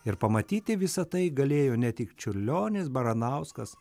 ir pamatyti visa tai galėjo ne tik čiurlionis baranauskas